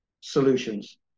solutions